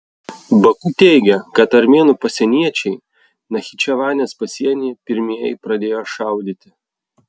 baku teigia kad armėnų pasieniečiai nachičevanės pasienyje pirmieji pradėjo šaudyti